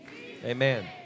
Amen